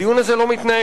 הדיון הזה לא מתנהל.